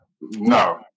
no